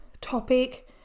topic